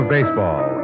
Baseball